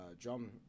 drum